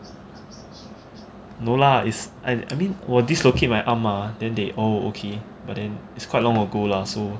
no lah is I mean 我 dislocate my arm mah then they oh okay but then is quite long ago lah so